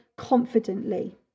confidently